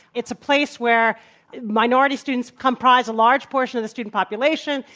it's a place where minority students comprise a large portion of the student population.